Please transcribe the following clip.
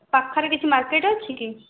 ପାଖରେ କିଛି ମାର୍କେଟ୍ ଅଛି କି